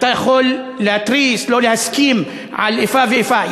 אתה יכול להתריס ולא להסכים על איפה ואיפה.